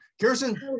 kirsten